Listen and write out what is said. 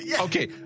Okay